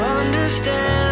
understand